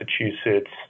Massachusetts